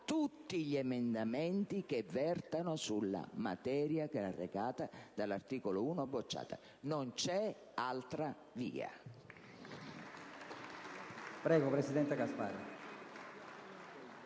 tutti gli emendamenti che vertono sulla materia recata dall'articolo 1, bocciato. Non c'è altra via!